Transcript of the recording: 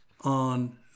on